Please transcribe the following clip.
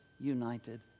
united